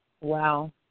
Wow